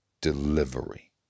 Delivery